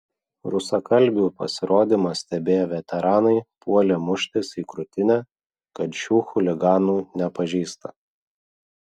rusakalbių pasirodymą stebėję veteranai puolė muštis į krūtinę kad šių chuliganų nepažįsta